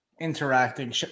interacting